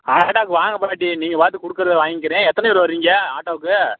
ஆட்டோக்கு வாங்க பாட்டி நீங்கள் பார்த்துக் கொடுக்கறத வாங்கிக்கறேன் எத்தனை பேர் வரீங்க ஆட்டோவுக்கு